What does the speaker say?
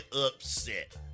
upset